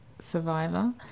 Survivor